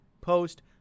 post